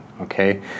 okay